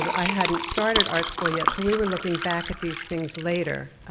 i hadn't started art school yet, so we were looking back at these things later.